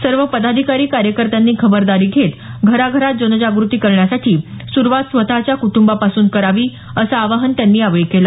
सर्व पदाधिकारी कार्यकर्त्यांनी खबरदारी घेत घराघरात जनजागृती करण्यासाठी सुरुवात स्वतःच्या कुटुंबापासून करावी अस आवाहन त्यांनी यावेळी केलं